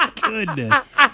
Goodness